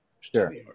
Sure